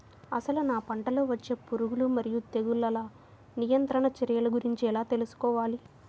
అసలు నా పంటలో వచ్చే పురుగులు మరియు తెగులుల నియంత్రణ చర్యల గురించి ఎలా తెలుసుకోవాలి?